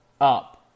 up